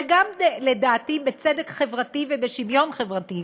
וגם לדעתי בצדק חברתי ובשוויון חברתי,